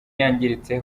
yangiritse